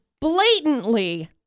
blatantly